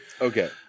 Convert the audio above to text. Okay